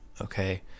okay